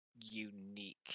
unique